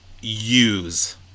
use